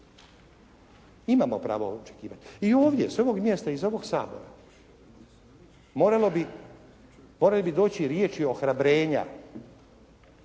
Imamo pravo očekivati. I ovdje, s ovog mjesta iz ovog Sabora morale bi doći riječi ohrabrenja